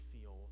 feel